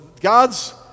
God's